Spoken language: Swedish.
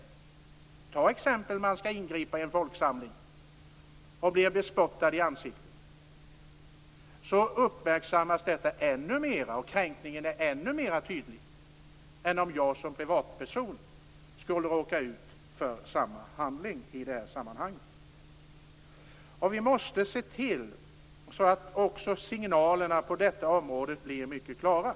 Ta t.ex. att man skall ingripa i en folksamling och blir bespottad i ansiktet. Då uppmärksammas detta ännu mera och kränkningen blir ännu mera tydlig än om jag som privatperson skulle råka ut för samma handling. Vi måste se till att signalerna på detta område också blir mycket klara.